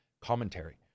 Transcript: commentary